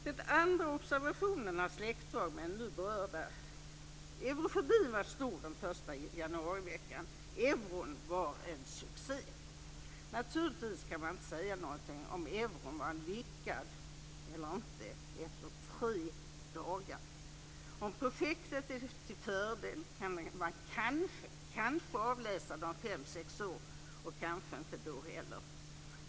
Den andra observationen har släktdrag med den nu berörda. Eurofobin var stor den första januariveckan. Euron var en succé. Naturligtvis kan man inte säga något om euron var lyckad eller inte efter tre dagar. Om projektet är till fördel kan man kanske avläsa om fem sex år, och kanske inte då heller.